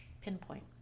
pinpoint